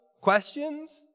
questions